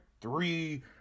three